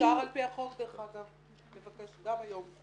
זה מותר על פי החוק, דרך אגב, לבקש גם היום.